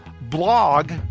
blog